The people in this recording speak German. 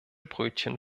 brötchen